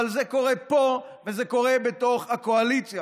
אבל זה קורה פה וזה קורה בתוך הקואליציה.